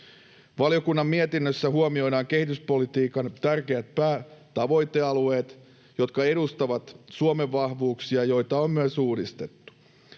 Valiokunnan mietinnössä huomioidaan kehityspolitiikan tärkeät päätavoitealueet, jotka edustavat Suomen vahvuuksia ja joita on myös uudistettu.